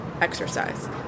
exercise